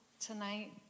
tonight